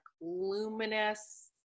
luminous